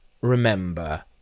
remember